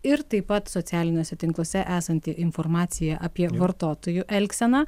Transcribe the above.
ir taip pat socialiniuose tinkluose esanti informacija apie vartotojų elgseną